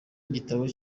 igitabo